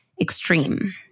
extreme